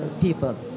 people